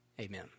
Amen